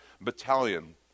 battalion